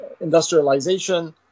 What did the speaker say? industrialization